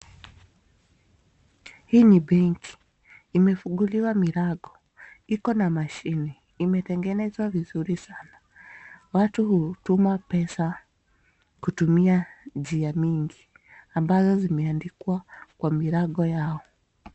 Hii ni benki, imefunguliwa mlango, iko na mashini, imetengenezwa vizuri sana, watu hutuma pesa kutumia nja nyingi ambazo zimeandikwa kwenye mlango.